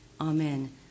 Amen